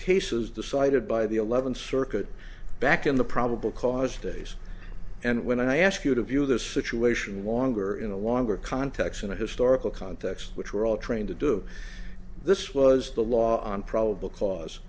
cases decided by the eleventh circuit back in the probable cause days and when i ask you to view the situation longer in a longer context in a historical context which were all trained to do this was the law on probable cause